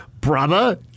brother